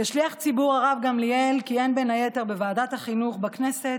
כשליח ציבור הרב גמליאל כיהן בין היתר בוועדת החינוך בכנסת,